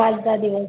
पाच सहा दिवस